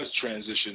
transition